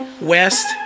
west